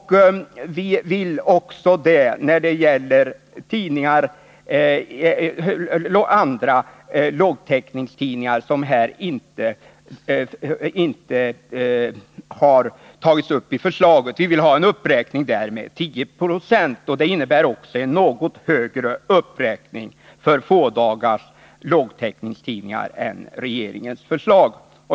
När det gäller andra lågtäckningstidningar som inte har tagits upp i förslaget vill vi ha en uppräkning med 10 26. Det innebär också en något högre uppräkning för fådagars lågtäckningstidningar än enligt regeringens förslag.